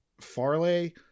Farley